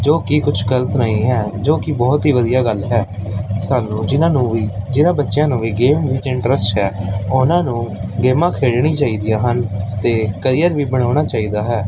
ਜੋ ਕਿ ਕੁਛ ਗਲਤ ਨਹੀਂ ਹੈ ਜੋ ਕਿ ਬਹੁਤ ਹੀ ਵਧੀਆ ਗੱਲ ਹੈ ਸਾਨੂੰ ਜਿਨ੍ਹਾਂ ਨੂੰ ਵੀ ਜਿਨ੍ਹਾਂ ਬੱਚਿਆਂ ਨੂੰ ਵੀ ਗੇਮ ਵਿੱਚ ਇੰਟਰਸਟ ਹੈ ਉਹਨਾਂ ਨੂੰ ਗੇਮਾਂ ਖੇਡਣੀ ਚਾਹੀਦੀਆਂ ਹਨ ਅਤੇ ਕਰੀਅਰ ਵੀ ਬਣਾਉਣਾ ਚਾਹੀਦਾ ਹੈ